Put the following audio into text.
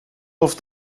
auf